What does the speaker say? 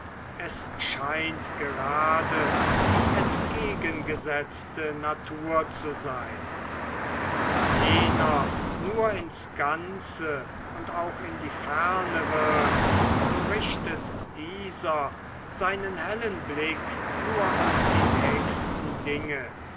es scheint gerade die entgegengesetzte natur zu sein wenn jener nur ins ganze und auch in die ferne wirkt so richtet dieser seinen hellen blick nur auf die nächsten dinge